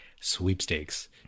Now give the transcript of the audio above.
sweepstakes